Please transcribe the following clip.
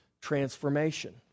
transformation